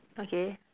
okay